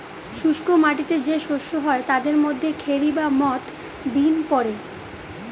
শুস্ক মাটিতে যে শস্য হয় তাদের মধ্যে খেরি বা মথ, বিন পড়ে